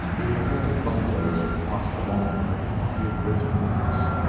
if a herd of buffaloes had passed along there could not be a greater mess.